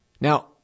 Now